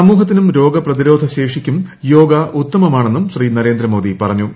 സമൂഹത്തിനും രോഗപ്രതിരോധശേഷിക്കും യോഗ ഉത്തമമിട്ടുണന്നും ശ്രീ നരേന്ദ്രമോദി പറഞ്ഞു